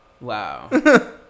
Wow